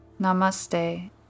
Namaste